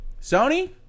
Sony